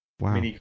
Wow